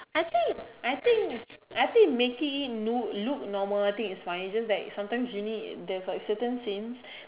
I think I think I think making it lo look normal I think it's fine it's just that sometimes you need there's like certain scene